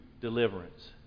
deliverance